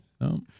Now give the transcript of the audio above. no